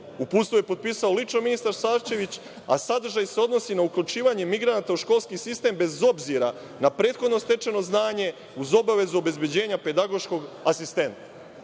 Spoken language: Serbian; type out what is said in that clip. Uputstvo je potpisao lično ministar Šarčević, a sadržaj se odnosi na uključivanje migranata u školski sistem bez obzira na prethodno stečeno znanje, uz obavezu obezbeđenja pedagoškog asistenta. Postavljam